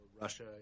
Russia